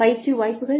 பயிற்சி வாய்ப்புகள்